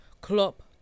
Klopp